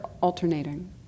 alternating